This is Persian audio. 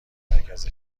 مرکز